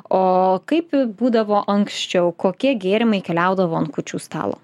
o kaip būdavo anksčiau kokie gėrimai keliaudavo ant kūčių stalo